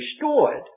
restored